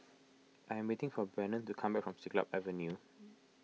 I am waiting for Brennan to come back from Siglap Avenue